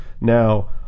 Now